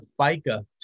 FICA